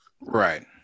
Right